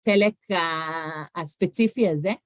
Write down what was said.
חלק הספציפי על זה.